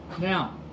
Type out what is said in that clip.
Now